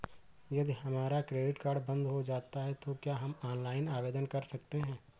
यदि हमारा credit card बंद हो जाता है तो क्या हम ऑनलाइन आवेदन कर सकते हैं?